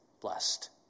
Blessed